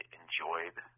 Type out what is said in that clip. enjoyed